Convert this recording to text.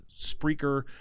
Spreaker